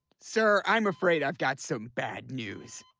sir, i'm afraid i've got some bad news.